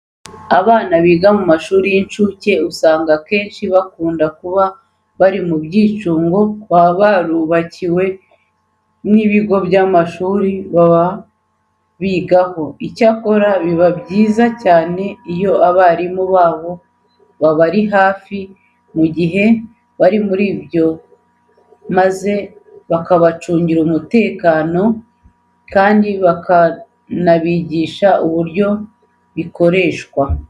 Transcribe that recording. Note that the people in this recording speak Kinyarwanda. Abana biga mu mashuri y'incuke usanga akenshi bakunda kuba bari mu byicungo baba barubakiwe n'ibigo by'amashuri baba bigaho. Icyakora biba byiza cyane iyo abarimu babo babari hafi mu gihe bari muri byo maze bakabacungira umutekano kandi bakanabigisha uburyo bikoreshwa.